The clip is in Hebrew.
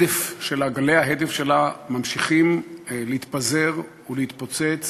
גלי ההדף שלה ממשיכים להתפזר ולהתפוצץ